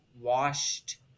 washed